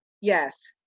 Yes